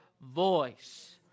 voice